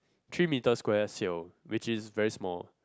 three metre square seal which is very small